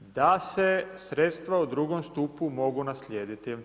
da se sredstva u drugom stupu mogu naslijediti.